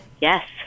Yes